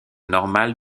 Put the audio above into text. normale